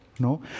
No